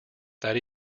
that